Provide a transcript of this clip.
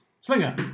Slinger